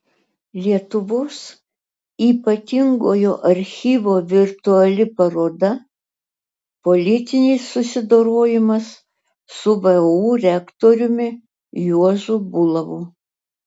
lietuvos ypatingojo archyvo virtuali paroda politinis susidorojimas su vu rektoriumi juozu bulavu